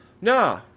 no